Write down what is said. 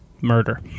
murder